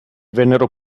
vennero